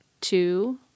two